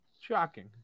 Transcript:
Shocking